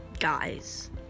Guys